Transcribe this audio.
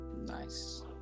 nice